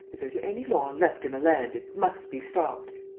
if there's any law left in the land, it must be stopped!